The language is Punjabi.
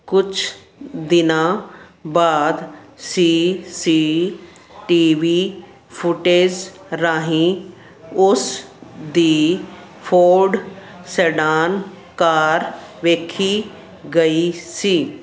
ਕੁਛ ਦਿਨਾਂ ਬਾਅਦ C C T V footage ਰਾਹੀਂ ਉਸ ਦੀ ਫੋਰਡ ਸੇਡਾਨ ਕਾਰ ਵੇਖੀ ਗਈ ਸੀ